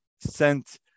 sent